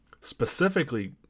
specifically